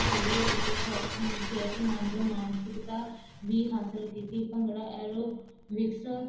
ਸਗੋਂ ਇਕ ਸਾ ਸਿਹਤਮੰਦ ਮਾਨਸਿਕਤਾ ਵੀ ਹਾਸਿਲ ਕੀਤੀ ਭੰਗੜਾ ਐਰੋਬਿਕਸ